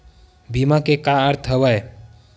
बीमा के का अर्थ हवय?